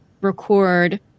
record